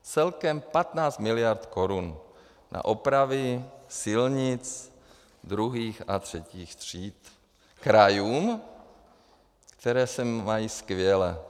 Celkem 15 miliard korun na opravy silnic druhých a třetích tříd krajům, které se mají skvěle.